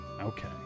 Okay